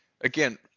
again